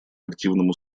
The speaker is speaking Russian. активному